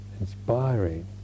inspiring